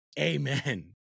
amen